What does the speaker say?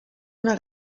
una